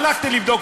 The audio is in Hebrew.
הלכתי לבדוק.